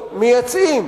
מייצאים